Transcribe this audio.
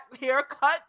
haircut